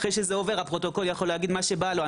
אחרי שזה עובר הפרוטוקול יכול לומר מה שבא לו.